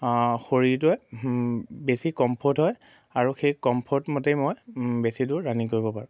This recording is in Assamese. শৰীৰটোৱে বেছি কমফৰ্ট হয় আৰু সেই কমফৰ্টমতেই মই বেছি দূৰ ৰানিং কৰিব পাৰোঁ